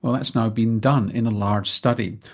ah that's now been done in a large study.